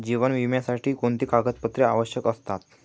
जीवन विम्यासाठी कोणती कागदपत्रे आवश्यक असतात?